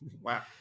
Wow